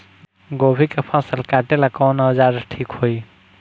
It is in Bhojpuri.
गोभी के फसल काटेला कवन औजार ठीक होई?